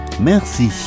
Merci